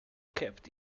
kept